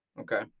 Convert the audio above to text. Okay